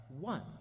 one